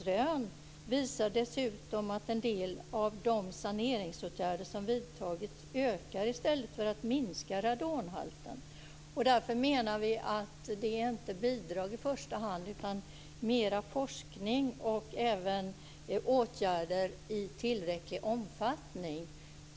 Det visar dessutom att en del av de saneringsåtgärder som vidtagits ökar radonhalten i stället för att minska den. Därför menar vi att det inte är bidrag som behövs i första hand, utan mer forskning och även åtgärder i tillräcklig omfattning.